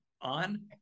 on